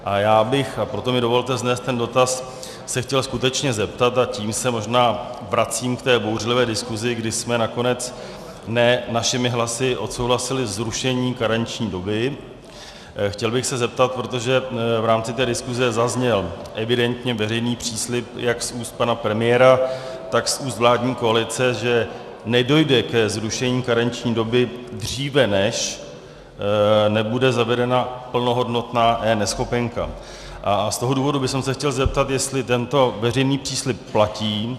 A já bych se, proto mi dovolte vznést ten dotaz, chtěl skutečně zeptat, a tím se možná vracím k té bouřlivé diskusi, kdy jsme nakonec ne našimi hlasy odsouhlasili zrušení karenční doby, chtěl bych se zeptat, protože v rámci té diskuse zazněl evidentně veřejný příslib jak z úst pana premiéra, tak z úst vládní koalice, že nedojde ke zrušení karenční doby dříve, než bude zavedena plnohodnotná eNeschopenka, a z toho důvodu bych se chtěl zeptat, jestli tento veřejný příslib platí.